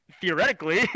theoretically